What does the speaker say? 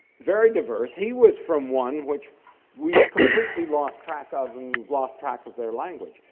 very diverse, he was from one which we've completely lost track of and we've lost track of their language,